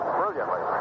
brilliantly